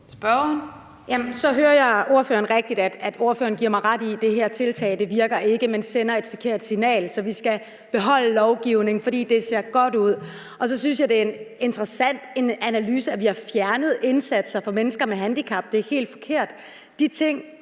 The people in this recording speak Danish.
Så hører jeg ordføreren rigtigt, altså at ordføreren giver mig ret i, at det her tiltag ikke virker, men sender et forkert signal, hvor vi skal beholde lovgivning, fordi det ser godt ud. Så synes jeg, det er en interessant analyse at sige, at vi har fjernet indsatser for mennesker med handicap. Det er helt forkert.